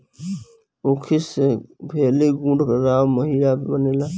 ऊखी से भेली, गुड़, राब, माहिया बनेला